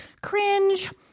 Cringe